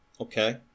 okay